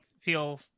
feel